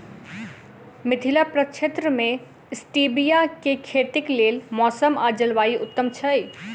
मिथिला प्रक्षेत्र मे स्टीबिया केँ खेतीक लेल मौसम आ जलवायु उत्तम छै?